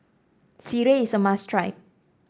Sireh is a must try